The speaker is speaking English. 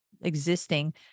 existing